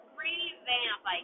revamp